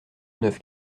neuf